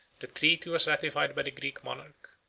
the treaty was ratified by the greek monarch,